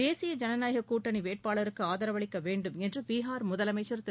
தேசிய ஜனநாயக கூட்டணி வேட்பாளருக்கு ஆதரவளிக்க வேண்டும் என்று பீகார் முதலமைச்சர் திரு